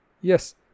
Yes